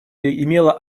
имела